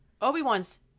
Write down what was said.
Obi-Wan's